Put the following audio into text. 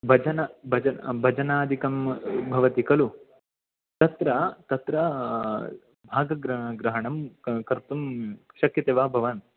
भजन भजन भजनादिकं भवति खलु तत्र तत्र भागग्र ग्रहणं क कर्तुं शक्यते वा भवान्